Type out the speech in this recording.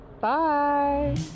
Bye